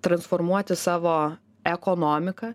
transformuoti savo ekonomiką